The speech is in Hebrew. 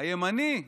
הימני?